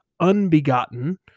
unbegotten